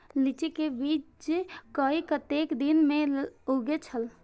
लीची के बीज कै कतेक दिन में उगे छल?